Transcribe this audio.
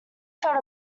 felt